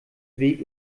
weg